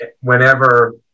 whenever